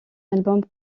album